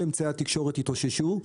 כל אמצעי התקשורת התאוששו,